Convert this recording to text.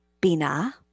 Bina